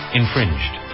infringed